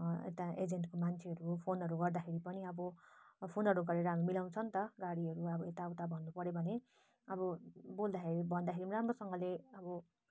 यता एजेन्टको मान्छेहरू फोनहरू गर्दाखेरि पनि अब फोनहरू गरेर हामी मिलाउँछ नि त गाडीहरू अब यताउता भन्नुपऱ्यो भने अब बोल्दाखेरि भन्दाखेरि पनि राम्रोसँगले अब